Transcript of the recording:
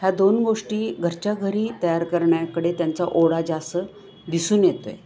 ह्या दोन गोष्टी घरच्या घरी तयार करण्याकडे त्यांचा ओढा जास्त दिसून येतोय